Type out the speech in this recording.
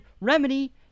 Remedy